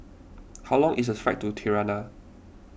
how long is the flight to Tirana